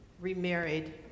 remarried